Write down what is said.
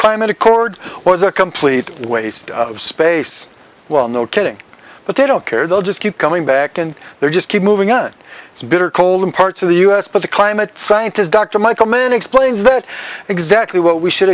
climate accord was a complete waste of space well no kidding but they don't care they'll just keep coming back and they're just keep moving on it's bitter cold in parts of the us but the climate scientists dr michael mann explains that exactly what we should